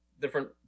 different